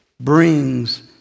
brings